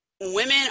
women